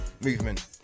movement